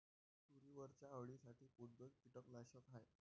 तुरीवरच्या अळीसाठी कोनतं कीटकनाशक हाये?